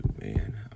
man